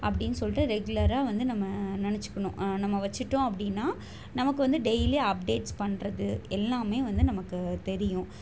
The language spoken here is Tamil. அப்படின் சொல்லிட்டு ரெகுலராக வந்து நம்ம நினச்சிக்கணும் நம்ம வச்சிட்டோம் அப்படின்னா நமக்கு வந்து டெய்லி அப்டேட்ஸ் பண்ணுறது எல்லாமே வந்து நமக்கு தெரியும்